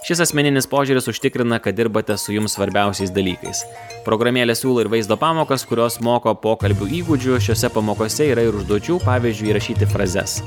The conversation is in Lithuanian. šis asmeninis požiūris užtikrina kad dirbate su jums svarbiausiais dalykais programėlė siūlo ir vaizdo pamokas kurios moko pokalbių įgūdžių šiose pamokose yra ir užduočių pavyzdžiui įrašyti frazes